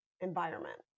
environment